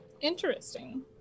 Interesting